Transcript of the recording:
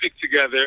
together